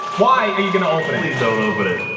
why are you gonna open? please? don't open it?